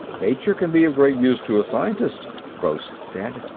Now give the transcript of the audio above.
nature can be of great use to a scientist, gross said.